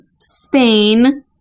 Spain